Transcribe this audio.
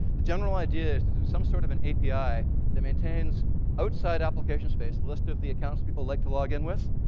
the general idea is this is some sort of an api that maintains outside application space, a list of the accounts people like to log in with.